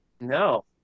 no